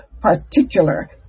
particular